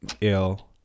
ill